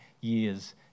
years